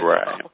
Right